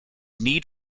need